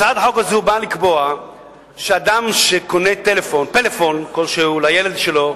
הצעת החוק הזאת באה לקבוע שאדם שקונה פלאפון כלשהו לילד שלו,